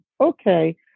Okay